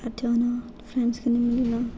फ्रैंडें कन्नै मिलना